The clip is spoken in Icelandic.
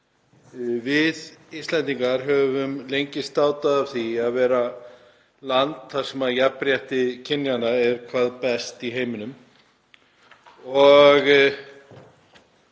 við Íslendingar höfum lengi státað af því að vera land þar sem jafnrétti kynjanna er hvað best í heiminum.